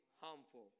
harmful